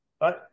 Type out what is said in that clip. Right